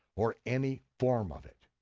or any form of it.